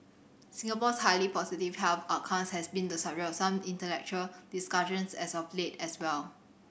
Singapore's highly positive health has been the subject of some intellectual discussions as of late as well